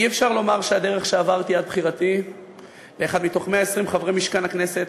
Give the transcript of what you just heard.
אי-אפשר לומר שהדרך שעברתי עד בחירתי לאחד מ-120 חברי משכן הכנסת,